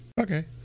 Okay